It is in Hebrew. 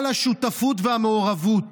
על השותפות והמעורבות